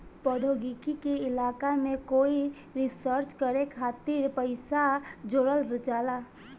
प्रौद्योगिकी के इलाका में कोई रिसर्च करे खातिर पइसा जोरल जाला